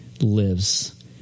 lives